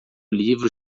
livro